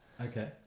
Okay